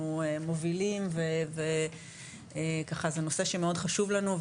אנחנו מובילים וככה זה נושא שמאוד חשוב לנו,